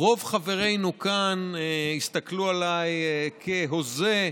רוב חברינו כאן הסתכלו עליי כהוזה,